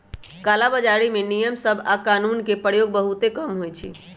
कला बजारी में नियम सभ आऽ कानून के प्रयोग बहुते कम होइ छइ